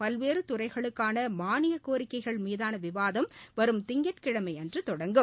பல்வேறு துறைகளுக்கான மானியக்கோரிக்கைகள் மீதான விவாதம் வரும் திங்கட்கிழமை அன்று தொடங்கும்